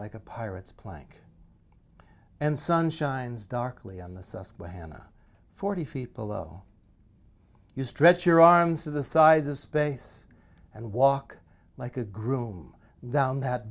like a pirate's plank and sun shines darkly on the sus by hanna forty feet below you stretch your arms to the sides of space and walk like a groom down that